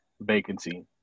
vacancy